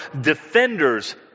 defenders